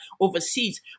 overseas